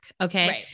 Okay